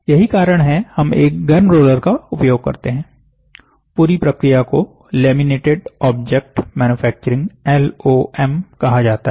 यही कारण है हम एक गर्म रोलर का उपयोग करते हैं पूरी प्रक्रिया को लैमिनेटेड ऑब्जेक्ट मैन्युफैक्चरिंग एलओएम कहा जाता है